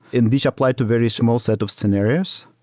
and this apply to very small set of scenarios.